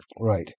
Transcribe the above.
Right